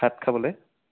ভাত খাবলৈ